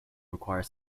require